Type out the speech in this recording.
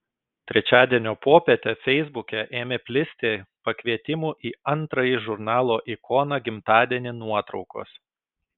trečiadienio popietę feisbuke ėmė plisti pakvietimų į antrąjį žurnalo ikona gimtadienį nuotraukos